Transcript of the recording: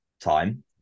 time